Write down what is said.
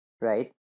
right